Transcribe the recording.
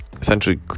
essentially